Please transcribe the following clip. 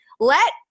Let